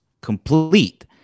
complete